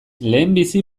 lehenbizi